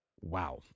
Wow